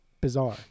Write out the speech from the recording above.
Bizarre